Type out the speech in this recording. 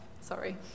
sorry